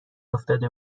افتاده